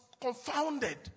confounded